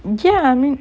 ya I mean